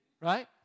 right